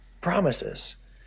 promises